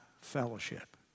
fellowship